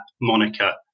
moniker